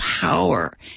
power